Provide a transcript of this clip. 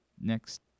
next